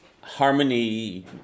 harmony